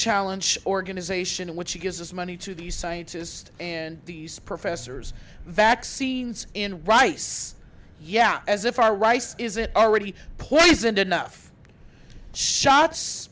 challenge organization which gives this money to these scientists and these professors vaccines in rice yeah as if our rice is it already poisoned enough shots